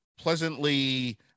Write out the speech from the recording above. pleasantly